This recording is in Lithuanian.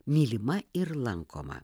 mylima ir lankoma